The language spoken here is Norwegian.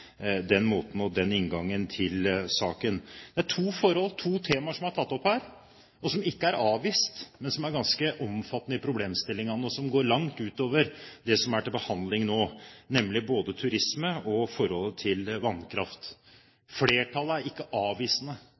den inngangen de har til saken. Det er to temaer som er tatt opp her, og som ikke er avvist, men som er ganske omfattende i problemstilling, og som går langt ut over det som er til behandling nå, nemlig både turisme og vannkraft. Flertallet er ikke avvisende,